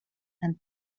and